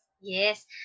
Yes